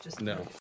no